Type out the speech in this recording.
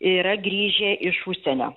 yra grįžę iš užsienio